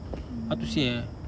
mm